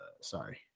Sorry